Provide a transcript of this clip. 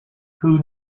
who